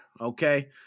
Okay